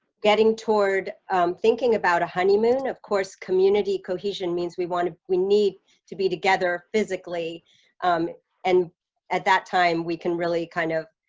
getting toward thinking about a honeymoon, of course community cohesion means we want to we need to be together physically um and at that time we can really kind of